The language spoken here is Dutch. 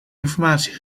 informatie